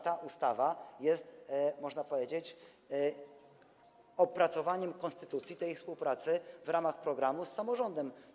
Ta ustawa jest, można powiedzieć, opracowaniem konstytucji tej współpracy w ramach programu z samorządem.